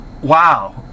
wow